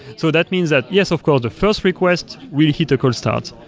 so that means that, yes, of course. the first request will hit a cold start.